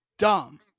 Dumb